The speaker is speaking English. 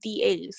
DAs